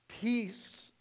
Peace